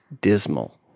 dismal